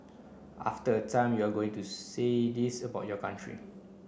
after a time you are going to say this about your country